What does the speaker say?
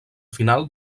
final